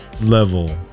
level